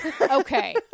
Okay